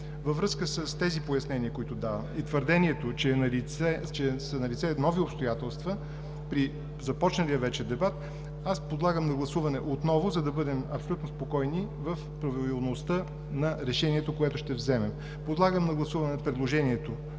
Във връзка с тези пояснения, които дадох, и твърдението, че са налице нови обстоятелства при започналия вече дебат, аз подлагам на гласуване отново, за да бъдем абсолютно спокойни в правилността на решението, което ще вземем. Подлагам на гласуване предложението